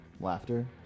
laughter